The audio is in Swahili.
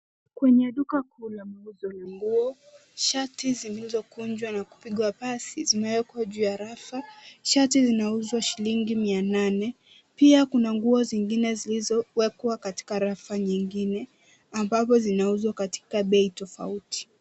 Kwenye duka kuu la mauzo la nguo, shati zilizokunjwa na kupigwa pasi zimewekwa juu ya rafu. Shati zinauzwa shilingi mia nane. Pia kuna nguo zingine zilizowekwa katika rafu nyingine ambapo zinauzwa katika bei tofauti.